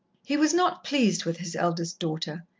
he was not pleased with his eldest daughter,